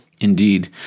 Indeed